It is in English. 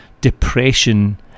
depression